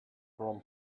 from